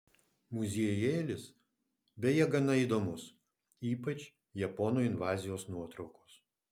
muziejėlis beje gana įdomus ypač japonų invazijos nuotraukos